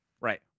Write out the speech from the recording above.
Right